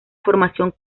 formación